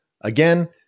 Again